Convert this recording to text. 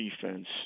defense